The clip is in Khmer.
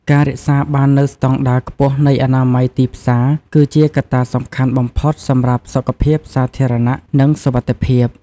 ការរក្សាបាននូវស្តង់ដារខ្ពស់នៃអនាម័យទីផ្សារ គឺជាកត្តាសំខាន់បំផុតសម្រាប់សុខភាពសាធារណៈ និងសុវត្ថិភាព។